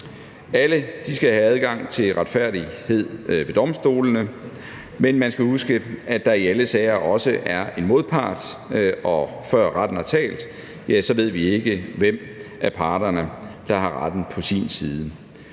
Alle skal have adgang til retfærdighed ved domstolene, men man skal huske, at der i alle sager også er en modpart, og før retten har talt, ved vi ikke, hvem af parterne der har retten på sin side.